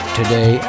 today